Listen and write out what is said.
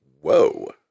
Whoa